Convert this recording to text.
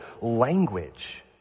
language